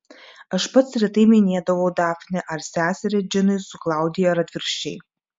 aš pats retai minėdavau dafnę ar seserį džinui su klaudija ar atvirkščiai